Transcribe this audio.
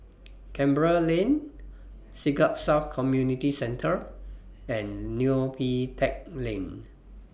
Canberra Lane Siglap South Community Centre and Neo Pee Teck Lane